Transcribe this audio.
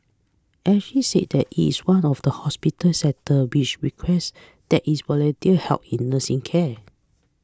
Assisi says that it is one of the hospital sector which requests that its volunteer help in nursing care